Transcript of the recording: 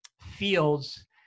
fields